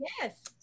Yes